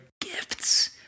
gifts